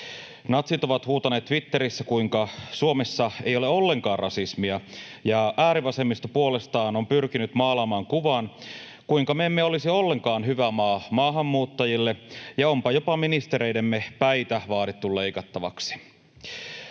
Natsit ovat huutaneet Twitterissä, kuinka Suomessa ei ole ollenkaan rasismia, ja äärivasemmisto puolestaan on pyrkinyt maalaamaan kuvan, kuinka me emme olisi ollenkaan hyvä maa maahanmuuttajille. Ja onpa jopa ministereidemme päitä vaadittu leikattaviksi.